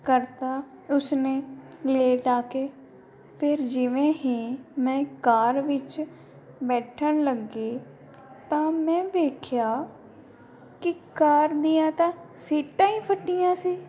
ਕਰ ਤਾ ਉਸ ਨੇ ਲੇਟ ਆ ਕੇ ਫਿਰ ਜਿਵੇਂ ਹੀ ਮੈਂ ਕਾਰ ਵਿੱਚ ਬੈਠਣ ਲੱਗੀ ਤਾਂ ਮੈਂ ਵੇਖਿਆ ਕਿ ਕਾਰ ਦੀਆਂ ਤਾਂ ਸੀਟਾਂ ਹੀ ਫਟੀਆਂ ਸੀ